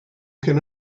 can